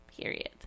Period